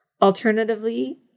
Alternatively